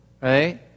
right